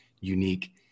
unique